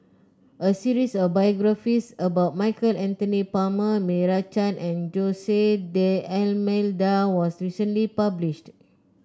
a series of biographies about Michael Anthony Palmer Meira Chand and Jose D'Almeida was recently published